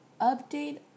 update